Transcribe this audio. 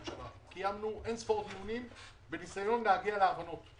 רצינו להגיע להבנות עם ההקדשות כי זה מה שבית המשפט העליון הנחה אותנו.